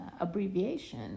abbreviation